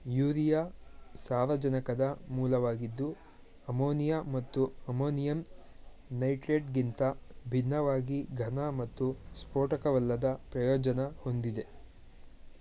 urea ಸಾರಜನಕದ ಮೂಲವಾಗಿದ್ದು ammonia ಮತ್ತು ಅಮೋನಿಯಂ ನೈಟ್ರೇಟ್ಗಿಂತ ಭಿನ್ನವಾಗಿ ಘನ ಮತ್ತು ಸ್ಫೋಟಕವಲ್ಲದ ಪ್ರಯೋಜನ ಹೊಂದಿದೆ